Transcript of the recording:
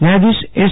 ન્યાયાધિશ એસ